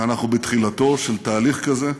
שאנחנו בתחילתו של תהליך כזה.